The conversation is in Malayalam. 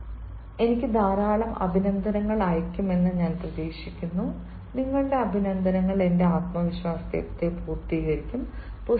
നിങ്ങൾ എനിക്ക് ധാരാളം അഭിനന്ദനങ്ങൾ അയയ്ക്കുമെന്ന് ഞാൻ പ്രതീക്ഷിക്കുന്നു നിങ്ങളുടെ അഭിനന്ദനങ്ങൾ എന്റെ ആത്മവിശ്വാസത്തെ പൂർത്തീകരിക്കും